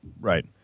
Right